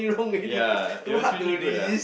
ya it was really good ah